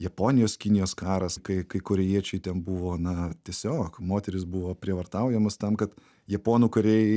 japonijos kinijos karas kai kai korėjiečiai ten buvo na tiesiog moterys buvo prievartaujamos tam kad japonų kariai